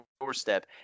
doorstep